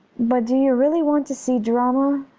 but do you really want to see drama,